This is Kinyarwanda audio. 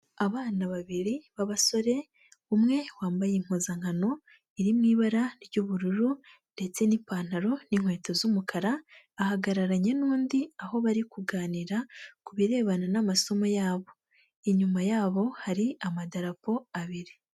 Abana babiri b'abasore, umwe wambaye impuzankano iri mu ibara ry'ubururu ndetse n'ipantaro n'inkweto z'umukara, ahagararanye n'undi aho bari kuganira ku birebana n'amasomo yabo. Inyuma yabo hari amadarapo abiri.